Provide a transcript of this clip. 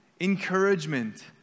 encouragement